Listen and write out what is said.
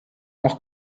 auch